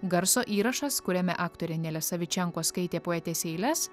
garso įrašas kuriame aktorė nelė savičenko skaitė poetės eiles